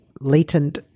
latent